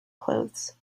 clothes